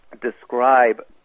describe